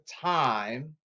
time